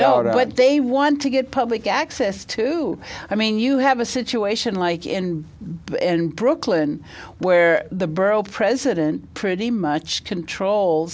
what they want to get public access to i mean you have a situation unlike in brooklyn where the borough president pretty much control